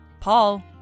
Paul